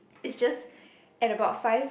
is just at about five